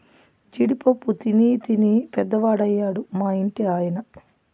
జీడి పప్పు తినీ తినీ పెద్దవాడయ్యాడు మా ఇంటి ఆయన